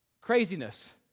craziness